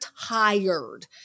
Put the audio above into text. tired